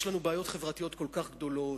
יש לנו בעיות חברתיות כל כך גדולות,